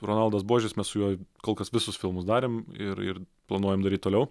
ronaldas buožis mes su juo kol kas visus filmus darėm ir ir planuojam daryti toliau